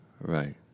Right